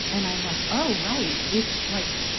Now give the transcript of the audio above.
and i'm like, oh, right. if, like,